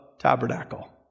tabernacle